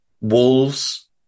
Wolves